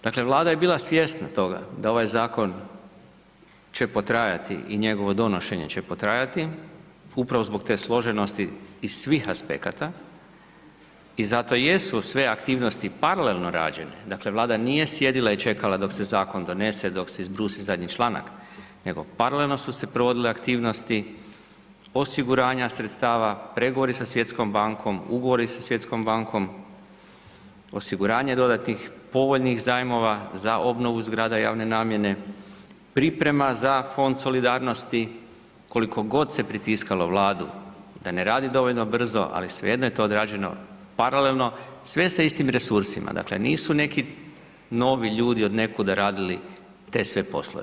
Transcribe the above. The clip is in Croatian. Dakle, Vlada je bila svjesna toga da ovaj zakon će potrajati i njegovo donošenje će potrajati upravo zbog te složenosti iz svih aspekata i zato jesu sve aktivnosti paralelno rađenje, dakle Vlada nije sjedila i čekala dok se zakon donese, dok se izbrusi zadnji članak, nego paralelno su se provodile aktivnosti, osiguranja sredstava, pregovori sa Svjetskom bankom, ugovori sa Svjetskom bankom, osiguranje dodatnih povoljnih zajmova za obnovu zgrada javne namjene, priprema za Fond solidarnosti, koliko god se pritiskalo Vladu da ne radi dovoljno brzo, ali svejedno je to odrađeno paralelno, sve sa istim resursima, dakle nisu neki novi ljudi od nekuda raditi te sve poslove.